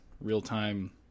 real-time